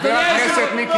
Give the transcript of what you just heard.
חבר הכנסת, אתה השגת את המטרה.